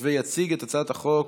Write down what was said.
יציג את הצעת החוק